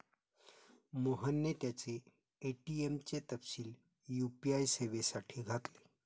मोहनने त्याचे ए.टी.एम चे तपशील यू.पी.आय सेवेसाठी घातले